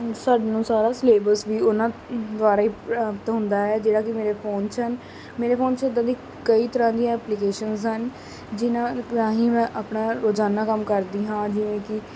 ਸਾਡੇ ਨਾਲ ਸਾਰਾ ਸਿਲੇਬਸ ਵੀ ਉਹਨਾਂ ਦੁਆਰਾ ਹੀ ਪ੍ਰਾਪਤ ਹੁੰਦਾ ਹੈ ਜਿਹੜਾ ਕਿ ਮੇਰੇ ਫੋਨ 'ਚ ਹਨ ਮੇਰੇ ਫੋਨ 'ਚ ਇੱਦਾਂ ਦੀ ਕਈ ਤਰ੍ਹਾਂ ਦੀਆਂ ਐਪਲੀਕੇਸ਼ਨਸ ਹਨ ਜਿਹਨਾਂ ਰਾਹੀਂ ਮੈਂ ਆਪਣਾ ਰੋਜ਼ਾਨਾ ਕੰਮ ਕਰਦੀ ਹਾਂ ਜਿਵੇਂ ਕਿ